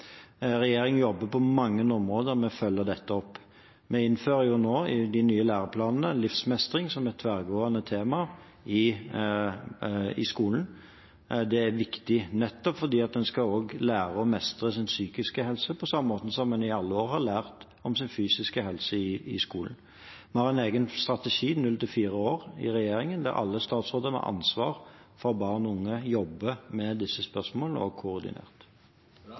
jobber på mange områder med å følge dette opp. Vi innfører nå i de nye læreplanene livsmestring som et tverrgående tema i skolen. Det er viktig nettopp fordi en også skal lære å mestre sin psykiske helse, på samme måte som en i alle år har lært om sin fysiske helse i skolen. Vi har en egen strategi i regjeringen for barn i alderen 0–4 år, der alle statsråder med ansvar for barn og unge jobber med disse spørsmålene og